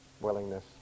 Willingness